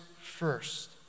first